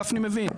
גפני מבין.